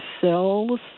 cells